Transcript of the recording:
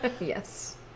Yes